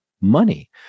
money